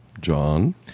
John